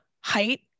height